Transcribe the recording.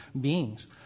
beings